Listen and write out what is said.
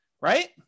right